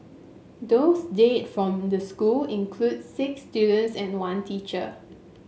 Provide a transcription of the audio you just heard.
those dead from the school include six students and one teacher